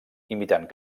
imitant